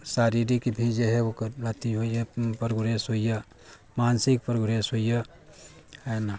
शारीरिक भी जे हइ ओकर अथी होइया प्रोग्रेस होइया मानसिक प्रोग्रेस होइया हइ ने